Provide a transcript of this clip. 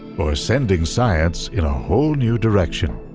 or sending science in a whole new direction.